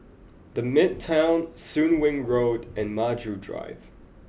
the Midtown Soon Wing Road and Maju Drive